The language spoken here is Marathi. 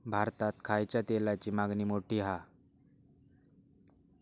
भारतात खायच्या तेलाची मागणी मोठी हा